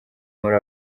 muri